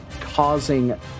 causing